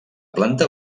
planta